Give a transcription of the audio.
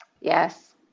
Yes